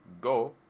Go